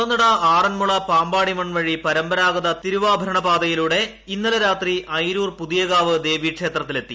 കുളനട ആറന്മുള പമ്പാടിമൺ വഴി പരമ്പരാഗത തിരുവാഭരണ പാതയിലൂടെ ഇന്നലെ രാത്രി ഐരൂർ പുതിയകാവ് ദേവീക്ഷേത്രത്തിലെത്തി